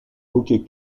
hockey